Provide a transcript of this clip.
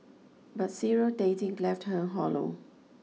but serial dating left her hollow